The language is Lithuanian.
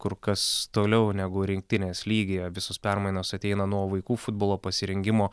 kur kas toliau negu rinktinės lygyje visos permainos ateina nuo vaikų futbolo pasirengimo